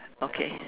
okay